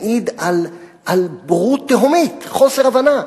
מעיד על בורות תהומית, חוסר הבנה.